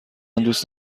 دوست